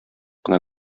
кына